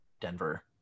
denver